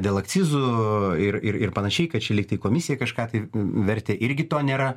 dėl akcizų ir ir ir panašiai kad čia lygtai komisija kažką tai vertė irgi to nėra